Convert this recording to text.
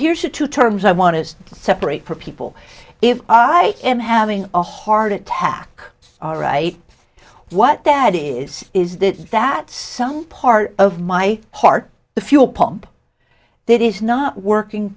here's a two terms i want to separate for people if i am having a heart attack all right what that is is that that some part of my heart the fuel pump that is not working